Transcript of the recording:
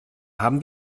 haben